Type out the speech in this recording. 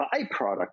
byproduct